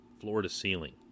floor-to-ceiling